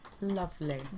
Lovely